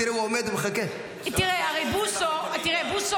תראי, הוא עומד ומחכה.